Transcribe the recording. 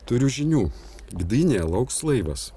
turiu žinių gdynėje lauks laivas